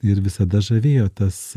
ir visada žavėjo tas